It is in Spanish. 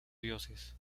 dioses